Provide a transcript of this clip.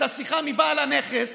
את השיחה מבעל הנכס,